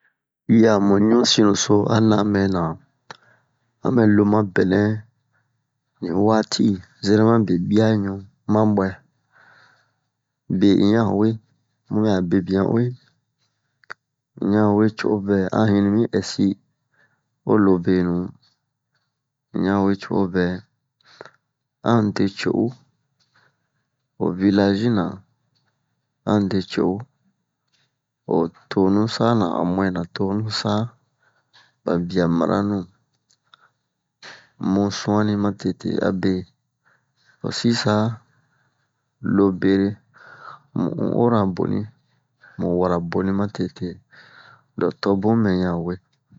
yi a mu ɲusinnu so a na mɛna a mɛ lo mabɛnɛ ni waati yi zerema be buaɲu ma buɛ be un ya we mu bɛ a bebian ue un ya we cogobɛ an hini mi ɛsi ho lo benu un ya we cogobɛ an de ce'u o village nan an de ce'u ho tonusa-nan han mu'ɛnan tonusa ba bia maranu mu suanni matete abe ho sisa lo bere mu un'ora boni u wara boni matete donc tobun mɛ ya we